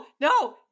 No